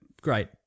great